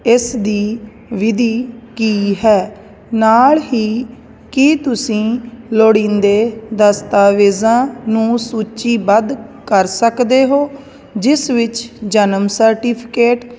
ਇਸ ਦੀ ਵਿਧੀ ਕੀ ਹੈ ਨਾਲ ਹੀ ਕੀ ਤੁਸੀਂ ਲੋੜੀਂਦੇ ਦਸਤਾਵੇਜ਼ਾਂ ਨੂੰ ਸੂਚੀਬੱਧ ਕਰ ਸਕਦੇ ਹੋ ਜਿਸ ਵਿੱਚ ਜਨਮ ਸਰਟੀਫਿਕੇਟ